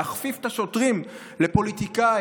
להכפיף את השוטרים לפוליטיקאי,